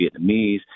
Vietnamese